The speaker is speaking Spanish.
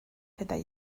zeta